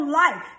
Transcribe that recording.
life